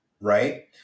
Right